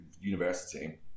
university